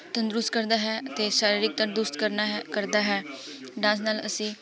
ਤੰਦਰੁਸਤ ਕਰਦਾ ਹੈ ਅਤੇ ਸਰੀਰਕ ਤੰਦਰੁਸਤ ਕਰਨਾ ਹੈ ਕਰਦਾ ਹੈ ਡਾਂਸ ਨਾਲ ਅਸੀਂ